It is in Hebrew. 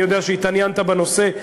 אני יודע שהתעניינת בנושא: